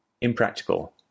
impractical